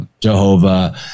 Jehovah